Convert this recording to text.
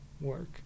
work